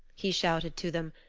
he shouted to them,